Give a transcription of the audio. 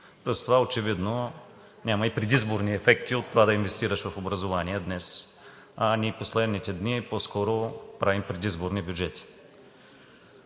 Плюс това очевидно няма и предизборни ефекти от това да инвестираш в образование днес, а ние в последните дни по-скоро правим предизборни бюджети.